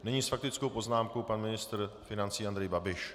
Nyní s faktickou poznámkou pan ministr financí Andrej Babiš.